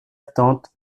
attentes